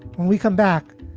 when we come back,